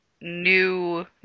new